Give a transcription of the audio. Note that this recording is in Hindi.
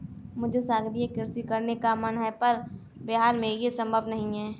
मुझे सागरीय कृषि करने का मन है पर बिहार में ये संभव नहीं है